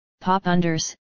pop-unders